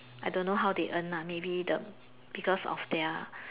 I don't know how they earn lah maybe the because of their